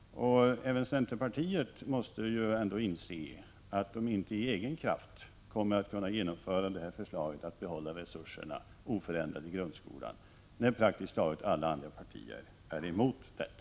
Även centerpartiet måste inse att det inte av egen kraft kommer att kunna genomföra förslaget att behålla resurserna oförändrade i grundskolan när praktiskt taget alla andra partier är emot detta.